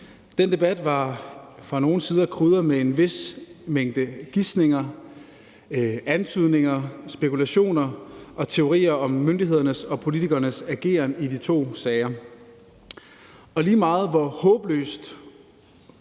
sider krydret med en vis mængde gisninger, antydninger og spekulationer og teorier om myndighedernes og politikernes ageren i de to sager.